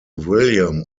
william